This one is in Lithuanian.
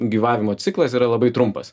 gyvavimo ciklas yra labai trumpas